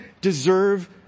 deserve